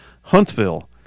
Huntsville